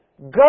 Go